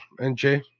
NJ